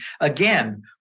again